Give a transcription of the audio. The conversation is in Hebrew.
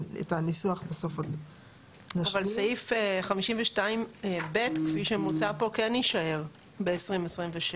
אבל סעיף 52(ב) כפי שמוצע פה כן יישאר ב-2026.